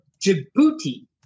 Djibouti